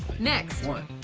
next one,